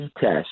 test